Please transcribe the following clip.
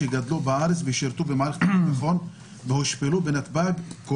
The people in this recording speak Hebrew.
שגדלו בארץ ושירתו במערכת הביטחון והושפלו בנתב"ג ובמעבר הגבול,